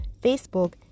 Facebook